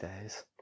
days